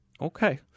Okay